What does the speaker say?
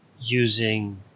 using